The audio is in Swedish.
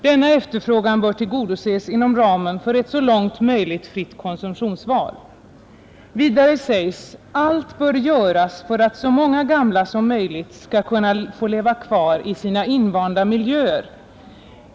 Denna efterfrågan bör tillgodoses inom ramen för ett så långt möjligt fritt konsumtionsval.” Vidare sägs: ”Allt bör göras för att så många gamla som möjligt skall kunna få leva kvar i sina invanda miljöer.